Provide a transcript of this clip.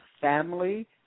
family